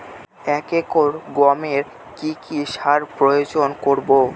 এক একর গমে কি কী সার প্রয়োগ করব?